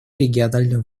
региональную